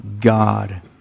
God